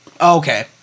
okay